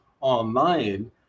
online